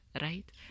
right